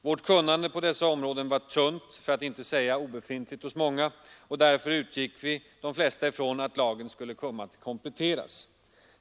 Vårt kunnande på dessa områden var tunt, för att inte säga obefintligt — och därför utgick de flesta av oss från att lagen skulle komma att kompletteras.